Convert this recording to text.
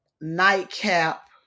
nightcap